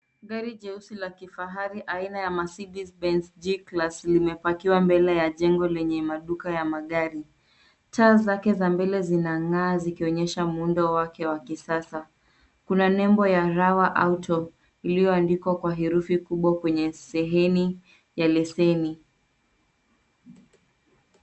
Gari jeusi la kifahari aina ya Mercedes Benz G Class limepakiwa mbele ya jengo lenye maduka ya magari. Taa zake za mbele zinang'aa zikionyesha muundo wake wa kisasa. Kuna nebo ya RAWA AUTO iliyoandikwa kwa herufi kubwa kwenye seheni ya leseni.